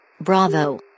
Bravo